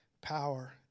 power